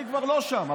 אני כבר לא שם,